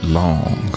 long